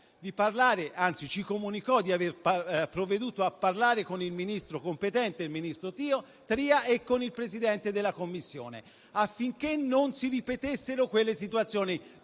specifico e ci comunicò di aver provveduto a parlare con il Ministro competente, il ministro Tria, e con il Presidente della Commissione, affinché non si ripetessero quelle situazioni